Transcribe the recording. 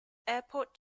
airport